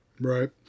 Right